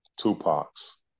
Tupac's